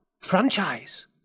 Franchise